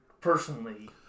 personally